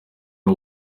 ari